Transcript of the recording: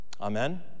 Amen